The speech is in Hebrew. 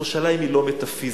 ירושלים היא לא מטאפיזית,